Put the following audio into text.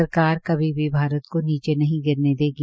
सरकार कभी भी भारत को नीचें नहीं गिरने देगी